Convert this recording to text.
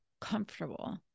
comfortable